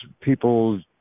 people